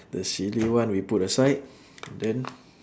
the silly one we put aside then